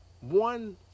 one